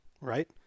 right